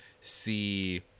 see